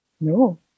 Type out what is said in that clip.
No